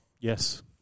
Yes